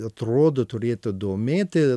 atrodo turėtų domėti